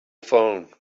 phone